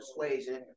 persuasion